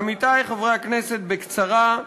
עמיתי חברי הכנסת, בקצרה,